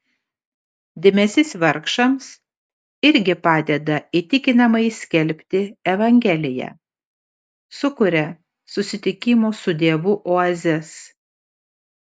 dėmesys vargšams irgi padeda įtikinamai skelbti evangeliją sukuria susitikimo su dievu oazes